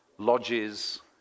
Lodges